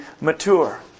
mature